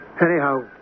Anyhow